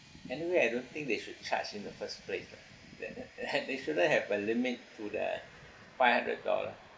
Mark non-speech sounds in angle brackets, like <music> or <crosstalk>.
anyway I don't think they should charge in the first place lah that <laughs> they shouldn't have a limit to the five hundred dollar